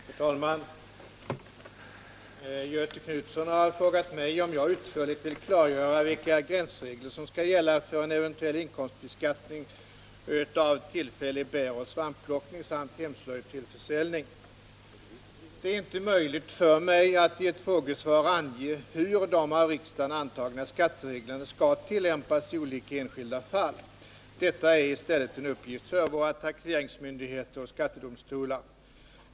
Herr talman! Göthe Knutson har frågat mig om jag utförligt vill klargöra vilka gränsregler som skall gälla för eventuell inkomstbeskattning av tillfällig bäroch svampplockning samt hemslöjd till försäljning. Det är inte möjligt för mig att i ett frågesvar ange hur de av riksdagen antagna skattereglerna skall tillämpas i olika enskilda fall. Detta är i stället en uppgift för våra taxeringsmyndigheter och skattedomstolar.